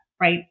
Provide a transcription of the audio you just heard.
right